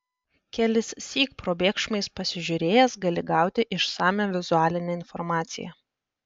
kelissyk probėgšmais pasižiūrėjęs gali gauti išsamią vizualinę informaciją